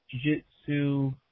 Jiu-Jitsu